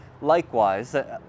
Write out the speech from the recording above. likewise